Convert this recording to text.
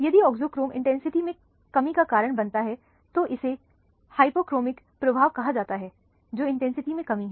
यदि auxochrome intensity में कमी का कारण बनता है तो इसे हाइपोक्रोमिक प्रभाव कहा जाता है जो इंटेंसिटी में कमी है